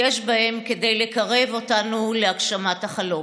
יש בהם כדי לקרב אותנו להגשמת החלום.